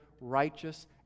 righteous